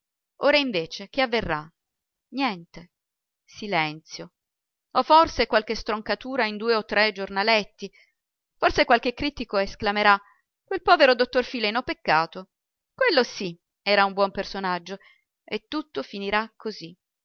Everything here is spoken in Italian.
ora invece che avverrà niente silenzio o forse qualche stroncatura in due o tre giornaletti forse qualche critico esclamerà quel povero dottor fileno peccato quello sì era un buon personaggio e tutto finirà così